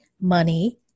Money